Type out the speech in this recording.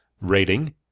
rating